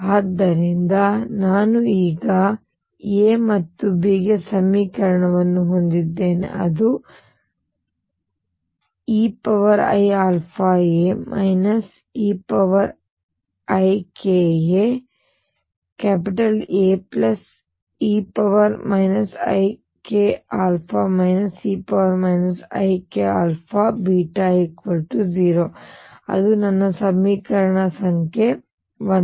ಆದ್ದರಿಂದ ನಾನು ಈಗ A ಮತ್ತು B ಗೆ ಸಮೀಕರಣವನ್ನು ಹೊಂದಿದ್ದೇನೆ ಅದು eiαa eikaA e iαa e ikaB0 ಅದು ನನ್ನ ಸಮೀಕರಣ ಸಂಖ್ಯೆ 1